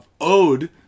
ode